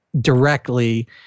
directly